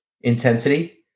intensity